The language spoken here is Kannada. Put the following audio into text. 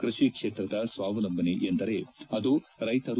ಕೃಷಿ ಕ್ಷೇತ್ರದ ಸ್ವಾವಲಂಬನೆಯೆಂದರೆ ಅದು ರೈತರು